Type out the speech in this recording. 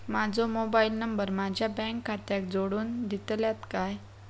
माजो mobile number माझ्या bank खात्याक जोडून दितल्यात काय?